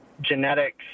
genetics